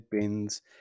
bins